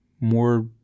more